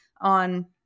On